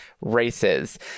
races